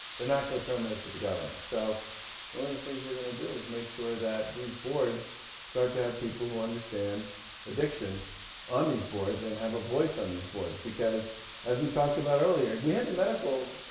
they're not coterminous with the governor. so one of the things we're going to do is make sure that these boards start to have people who understand addiction on these boards and have a voice on these boards, because as we talked about earlier, we had the medical.